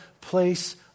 place